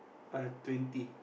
uh twenty